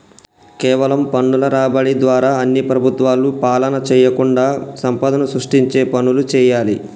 కేవలం పన్నుల రాబడి ద్వారా అన్ని ప్రభుత్వాలు పాలన చేయకుండా సంపదను సృష్టించే పనులు చేయాలి